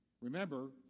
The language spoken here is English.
Remember